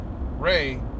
Ray